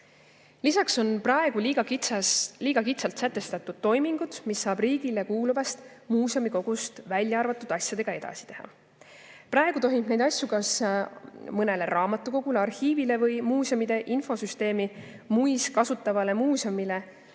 Lisaks on praegu liiga kitsalt sätestatud toimingud, mida tohib riigile kuuluvast muuseumikogust välja arvatud asjadega edasi teha. Praegu tohib neid asju mõnele raamatukogule, arhiivile või muuseumide infosüsteemi MuIS kasutavale muuseumile